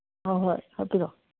ꯍꯣꯏ ꯍꯣꯏ ꯍꯥꯞꯄꯤꯔꯛꯑꯣ